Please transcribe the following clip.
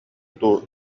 дуу